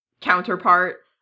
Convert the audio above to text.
counterpart